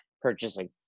purchasing